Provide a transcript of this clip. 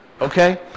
okay